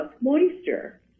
moisture